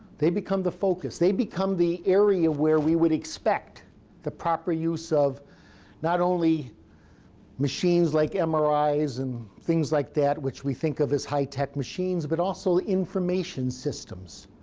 they become the focus. they become the area where we would expect the proper use of not only machines like mris and things like that, which we think of as high tech machines, but also information systems.